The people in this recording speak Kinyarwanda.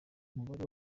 umubare